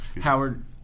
Howard